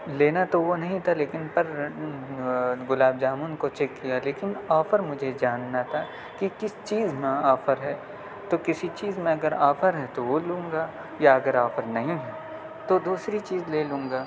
لینا تو وہ نہیں تھا لیکن پر گلاب جامن کو چیک کیا لیکن آفر مجھے جاننا تھا کہ کس چیز میں آفر ہے تو کسی چیز میں اگر آفر ہے تو وہ لوں گا یا اگر آفر نہیں ہے تو دوسری چیز لے لوں گا